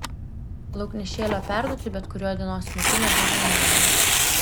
lauknešėlio perduoti bet kuriuo dienos metu nebuvo įmanoma